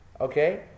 Okay